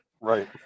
right